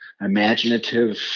imaginative